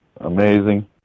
amazing